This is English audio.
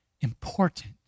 important